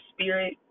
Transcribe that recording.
spirit